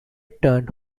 turned